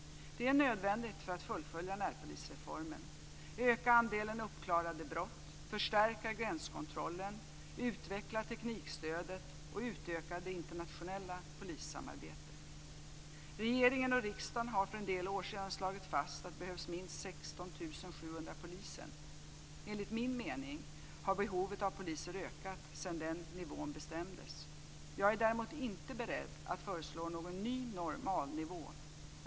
Det är nödvändigt för att fullfölja närpolisreformen, öka andelen uppklarade brott, förstärka gränskontrollen, utveckla teknikstödet och utöka det internationella polissamarbetet. Regeringen och riksdagen har för en del år sedan slagit fast att det behövs minst 16 700 poliser. Enligt min mening har behovet av poliser ökat sedan den nivån bestämdes. Jag är däremot inte beredd att föreslå någon ny normalnivå.